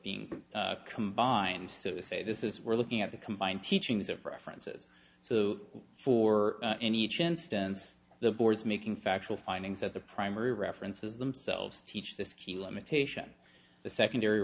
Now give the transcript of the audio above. being combined so to say this is we're looking at the combined teachings of references so for in each instance the boards making factual findings that the primary references themselves teach this limitation the secondary